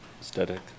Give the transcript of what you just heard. aesthetic